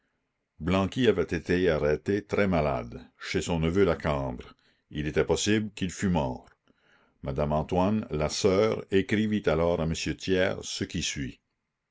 blanqui avait été arrêté très malade chez son neveu lacambre il était possible qu'il fût mort madame antoine la sœur écrivit alors à m thiers ce qui suit